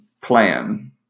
plan